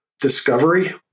discovery